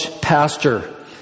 pastor